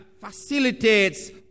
facilitates